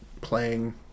playing